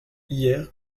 hier